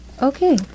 Okay